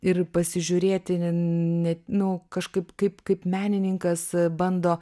ir pasižiūrėti net nu kažkaip kaip kaip kaip menininkas bando